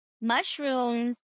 mushrooms